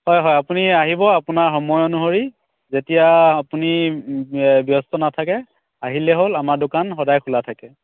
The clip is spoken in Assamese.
হয় হয় আপুনি আহিব আপোনাৰ সময় অনুসৰি যেতিয়া আপুনি ব্যস্ত নেথাকে আহিলেই হ'ল আমাৰ দোকান সদায় খোলা থাকে